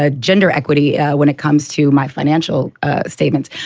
ah gender equity when it comes to my financial statements.